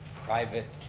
private,